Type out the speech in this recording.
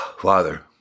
Father